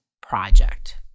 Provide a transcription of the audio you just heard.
project